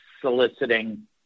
soliciting